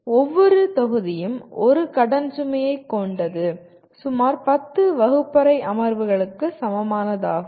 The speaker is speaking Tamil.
ஒவ்வொரு தொகுதியும் ஒரு கடன் சுமையை கொண்டது சுமார் 10 வகுப்பறை அமர்வுகளுக்கு சமமானதாகும்